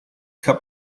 cut